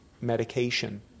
medication